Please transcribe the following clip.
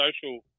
social